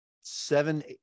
seven